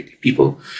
people